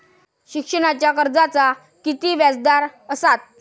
शिक्षणाच्या कर्जाचा किती व्याजदर असात?